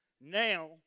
now